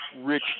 rich